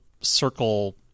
circle